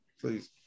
Please